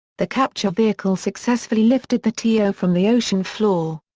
the capture vehicle successfully lifted the to yeah ah from the ocean floor.